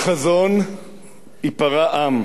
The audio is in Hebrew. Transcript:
באין חזון ייפרע עם,